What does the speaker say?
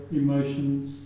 emotions